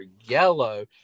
yellow